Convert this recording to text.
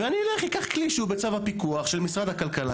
ואני אלך לקחת כלי שהוא בצו הפיקוח של משרד הכלכלה,